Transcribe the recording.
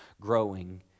growing